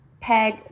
peg